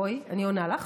בואי, אני עונה לך.